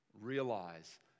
realize